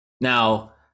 now